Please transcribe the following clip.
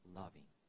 loving